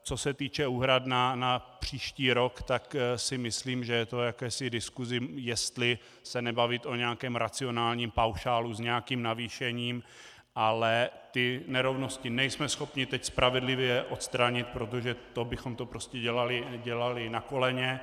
Co se týče úhrad na příští rok, myslím, že je to o jakési diskusi, jestli se nebavit o nějakém racionálním paušálu s nějakým navýšením, ale ty nerovnosti nejsme schopni teď spravedlivě odstranit, protože to bychom to dělali na koleně.